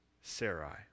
Sarai